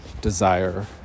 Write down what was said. desire